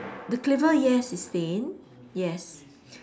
the cleaver yes it's stained yes